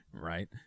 right